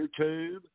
YouTube